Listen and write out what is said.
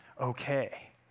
okay